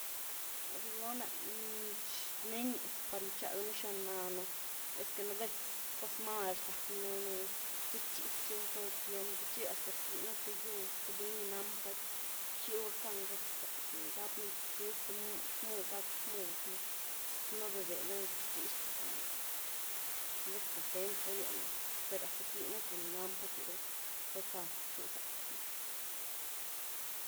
Ná rluloh na, neniaz par gitchag nu’ xina nanú esque nú vez cos mal rzack nú danëen, txi rtchichu todo el tiempo txi hasta rquiny un th yud, th buny, ni nan pá txi ru gackan gackzack nu’, gap un tuzy th mud-mud, gack xmud nú zy nó bë-bë lany, que rtchich te zanú que!, nú vez content za rywnú per hasta rquiny nú th ni nanpá txi ru gack gan txiw zack nú.